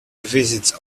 visits